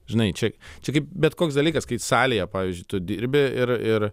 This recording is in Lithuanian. žinai čia čia kaip bet koks dalykas kai salėje pavyzdžiui tu dirbi ir ir